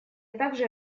также